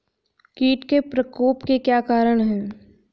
कीट के प्रकोप के क्या कारण हैं?